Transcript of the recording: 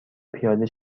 پیاده